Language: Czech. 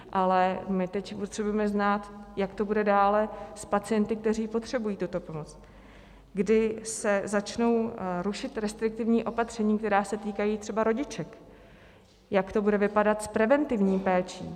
Ale my teď potřebujeme znát, jak to bude dále s pacienty, kteří potřebují tuto pomoc, kdy se začnou rušit restriktivní opatření, která se týkají třeba rodiček, jak to bude vypadat s preventivní péčí.